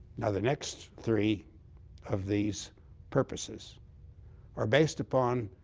now, the next three of these purposes are based upon